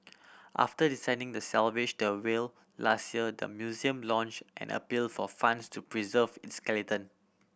after deciding to salvage the whale last year the museum launched an appeal for funds to preserve its skeleton